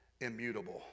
immutable